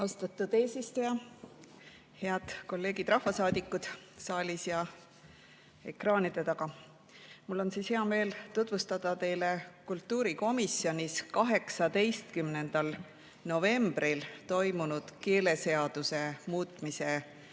Austatud eesistuja! Head kolleegid rahvasaadikud saalis ja ekraanide taga! Mul on hea meel tutvustada teile kultuurikomisjonis 18. novembril toimunud keeleseaduse muutmise seaduse